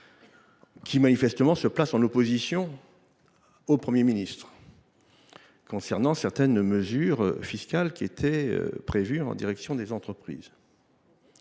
qui, manifestement, se place en opposition au Premier ministre concernant certaines mesures fiscales prévues à l’endroit des entreprises.